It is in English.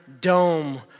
dome